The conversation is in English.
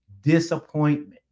disappointment